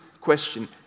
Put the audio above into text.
question